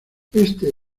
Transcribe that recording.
este